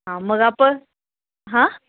हां मग आपण हां